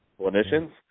Clinicians